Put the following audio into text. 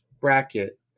bracket